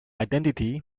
identity